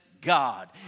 God